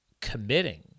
committing